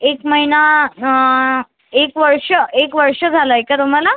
एक महिना एक वर्ष एक वर्ष झालंय का तुम्हाला